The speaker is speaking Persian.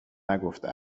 نگفته